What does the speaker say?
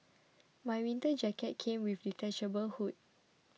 my winter jacket came with a detachable hood